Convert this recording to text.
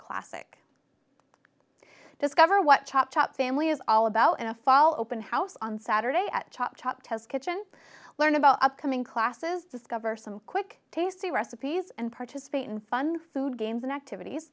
classic discover what chopped up family is all about in a fall open house on saturday at chop chop test kitchen learn about upcoming classes discover some quick tasty recipes and participate in fun food games and activities